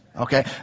Okay